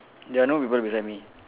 there are no people beside me